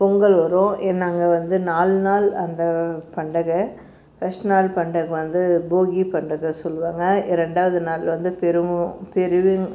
பொங்கல் வரும் எ நாங்கள் வந்து நாலு நாள் அந்த பண்டகை ஃபஸ்ட் நாள் பண்டிக வந்து போகி பண்டிக சொல்வாங்கள் ரெண்டாவது நாள் வந்து பெருவும் பெருதிங்